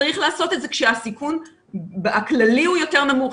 צריך לעשות את זה כשהסיכון הכללי הוא יותר נמוך,